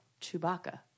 Chewbacca